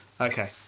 Okay